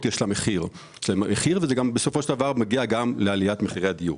יש מחיר ובסופו של דבר זה גורם לעליית מחירי הדיור.